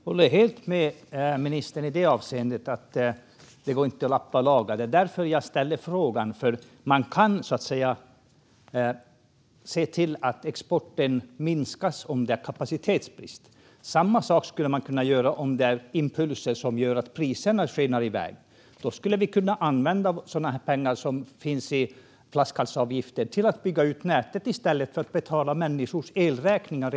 Herr talman! Jag håller helt med ministern i det avseendet att det inte går att lappa och laga. Det är därför som jag ställer frågan, för man kan så att säga se till att exporten minskas om det är kapacitetsbrist. Samma sak skulle man kunna göra om det är impulser som gör att priserna skenar iväg. Då skulle vi kunna använda pengar som finns i form av flaskhalsavgifter till att redan nästa vinter bygga ut nätet i stället för att betala människors elräkningar.